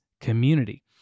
community